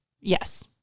Yes